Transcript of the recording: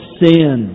sin